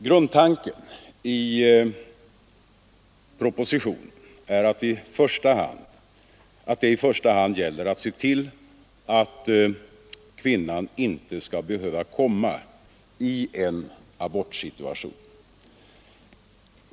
Grundtanken i propositionen är att det i första hand gäller att se till att kvinnan inte skall behöva komma i en abortsituation.